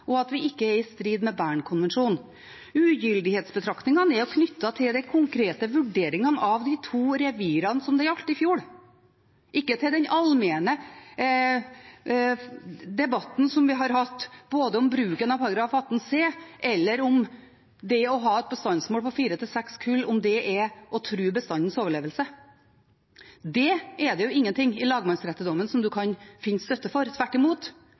og at vi ikke er i strid med Bernkonvensjonen. Ugyldighetsbetraktningene er knyttet til de konkrete vurderingene av de to revirene som ble gjort i fjor, ikke til den allmenne debatten som vi har hatt både om bruken av § 18 c og om det å ha et bestandsmål på fire–seks kull er å true bestandens overlevelse. Vi finner ingen støtte for det i lagmannsrettsdommen. Tvert imot